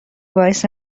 باعث